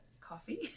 coffee